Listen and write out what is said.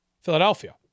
Philadelphia